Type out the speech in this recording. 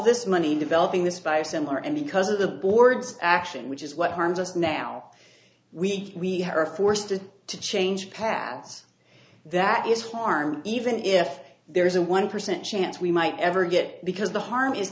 this money developing this by similar and because of the board's action which is what harms us now we are forced to change paths that is harm even if there is a one percent chance we might ever get because the harm i